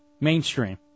Mainstream